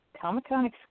Comic-Con